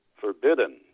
forbidden